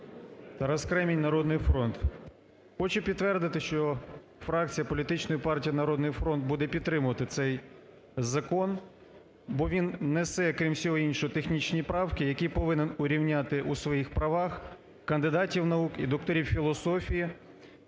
Тарас Кремінь, "Народний фронт". Хочу підтвердити, що фракція політичної партії "Народний фронт" буде підтримувати цей закон, бо він несе, крім всього іншого, технічні правки, які повинен урівняти у своїх правах кандидатів наук і докторів філософії,